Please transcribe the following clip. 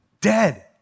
dead